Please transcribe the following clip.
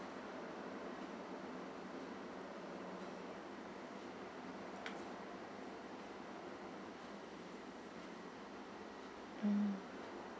mm